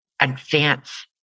advance